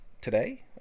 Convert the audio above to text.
today